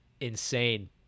insane